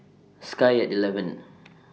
Sky At eleven